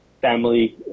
family